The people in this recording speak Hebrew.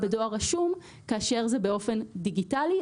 בדואר רשום כאשר זה באופן דיגיטלי.